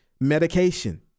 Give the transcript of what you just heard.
medication